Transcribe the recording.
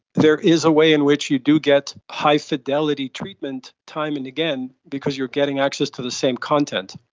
there is a way in which you do get high fidelity treatment time and again because you're getting access to the same content.